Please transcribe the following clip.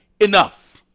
enough